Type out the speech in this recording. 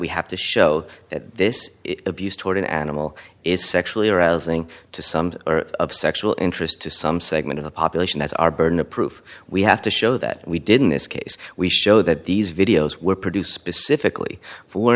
we have to show that this abuse toward an animal is sexually arousing to some sexual interest to some segment of the population that's our burden of proof we have to show that we didn't this case we show that these videos were produced specifically for